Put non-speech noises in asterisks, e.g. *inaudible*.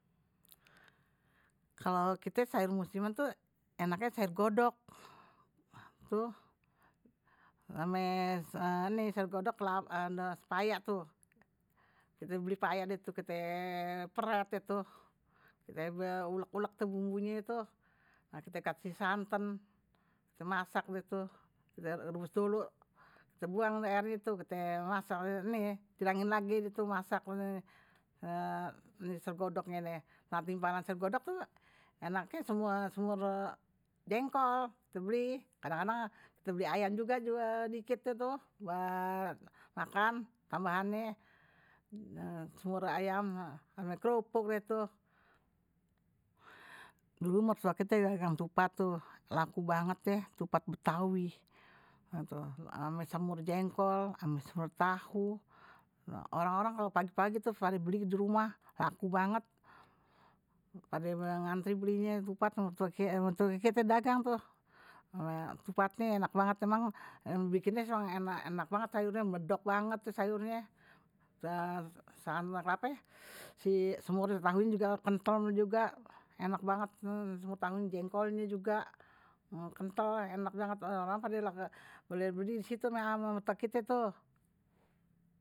Kalo kite sayur musiman tuh enaknye sayur godog. ame sayur godog ada paya tuh. Kita beli paya gitu, kite peret gitu. Kita ulek-ulek tuh bumbunya gitu. Nah kite kasih santan, kita masak gitu. Kita rebus dulu, kita buang air gitu. Kita masak nih, tirangin lagi gitu masak. Ini sergodognya, nih. Nah timpalan sayur godog tuh enaknye ama semur jengkol kita beli. Kadang-kadang kita beli ayam juga juga dikit itu. Makan tambahannya semur ayam, ama kerupuk deh tu. Dulu mertua kite tukang tupat tuh laku banget deh. Tupat betawi. ame semur jengkol, ame semur tahu. Orang-orang kalo pagi-pagi tuh baru beli ke rumah laku banget. Pada ngantri belinya tupat, mertua kita dagang tuh. Tupatnya enak banget emang. Bikinnya enak banget sayurnya, medog banget sayurnya. Sama *hesitation* semur tahunye juga kentelnya juga. Enak banget, semur tahunye jengkolnya juga. Kentel, enak banget. Orang-orang pada beli-beli di situ tu ame mertua kite tuh.